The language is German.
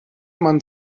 man